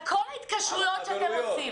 על כל ההתקשרויות שאתם עושים.